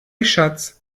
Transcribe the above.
schatz